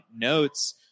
notes